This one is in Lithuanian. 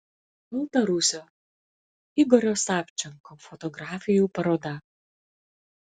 baltarusio igorio savčenko fotografijų paroda